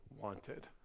wanted